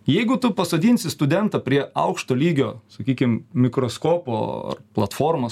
jeigu tu pasodinsi studentą prie aukšto lygio sakykim mikroskopo platformos